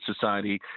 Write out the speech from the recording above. society